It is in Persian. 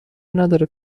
نداره